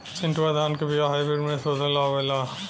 चिन्टूवा धान क बिया हाइब्रिड में शोधल आवेला?